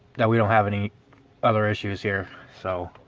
now we don't have any other issues here, so